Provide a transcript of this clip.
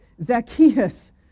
Zacchaeus